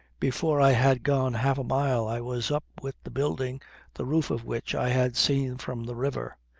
before i had gone half a mile, i was up with the building the roof of which i had seen from the river.